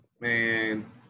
man